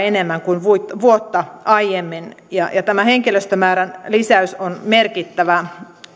enemmän kuin vuotta aiemmin ja tämä henkilöstömäärän lisäys on merkittävä